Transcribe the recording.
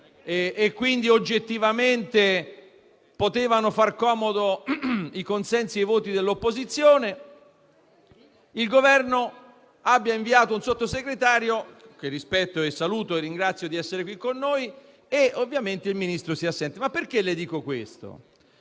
e quindi oggettivamente potevano far comodo i consensi e i voti dell'opposizione, il Governo abbia inviato un Sottosegretario - lo rispetto, lo saluto e lo ringrazio di essere qui con noi - mentre ovviamente il Ministro è assente, così come del resto